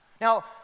Now